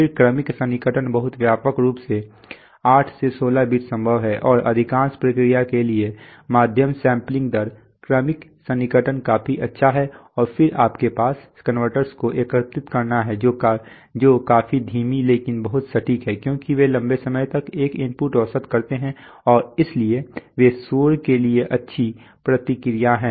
फिर क्रमिक सन्निकटन बहुत व्यापक रूप से 8 से 16 बिट संभव है और अधिकांश प्रक्रियाओं के लिए मध्यम सैंपलिंग दर क्रमिक सन्निकटन काफी अच्छा है और फिर आपके पास कन्वर्टर्स को एकीकृत करना है जो काफी धीमी लेकिन बहुत सटीक हैं क्योंकि वे लंबे समय तक एक इनपुट औसत करते हैं और इसलिए वे शोर के लिए अच्छी प्रतिक्रिया है